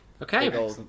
Okay